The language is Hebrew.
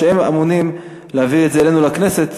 שהם אמונים על ההעברה של זה אלינו לכנסת,